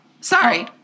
sorry